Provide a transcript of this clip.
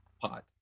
pot